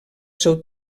seu